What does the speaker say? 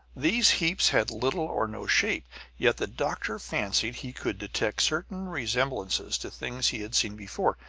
these heaps had little or no shape yet the doctor fancied he could detect certain resemblances to things he had seen before,